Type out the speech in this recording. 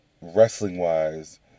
wrestling-wise